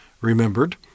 remembered